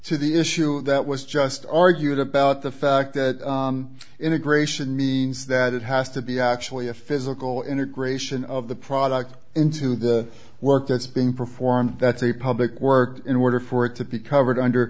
to the issue that was just argued about the fact that integration means that it has to be actually a physical integration of the product into the work that's being performed that's a public work in order for it to be covered under